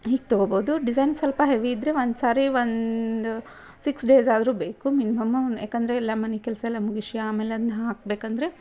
ಹೀಗೆ ತೊಗೋಬೋದು ಡಿಝೈನ್ ಸ್ವಲ್ಪ ಹೆವಿ ಇದ್ದರೆ ಒಂದು ಸಾರಿ ಒಂದು ಸಿಕ್ಸ್ ಡೇಸಾದರೂ ಬೇಕು ಮಿನಿಮಮ್ಮು ಏಕಂದ್ರೆ ಎಲ್ಲ ಮನೆ ಕೆಲಸ ಎಲ್ಲ ಮುಗುಸಿ ಆಮೇಲೆ ಅದನ್ನ ಹಾಕಬೇಕಂದ್ರೆ